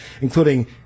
including